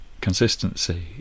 consistency